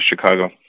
Chicago